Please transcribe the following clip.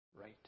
right